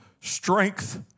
strength